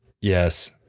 Yes